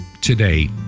today